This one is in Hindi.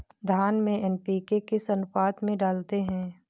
धान में एन.पी.के किस अनुपात में डालते हैं?